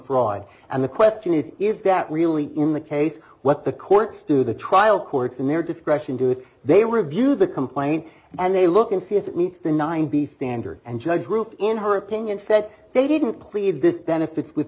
fraud and the question is if that really in the case what the courts do the trial courts in their discretion do they review the complaint and they look and see if it meets the nine b standard and judge ruled in her opinion said they didn't plead the benefits with